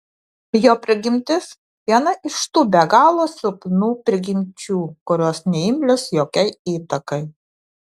jo prigimtis viena iš tų be galo silpnų prigimčių kurios neimlios jokiai įtakai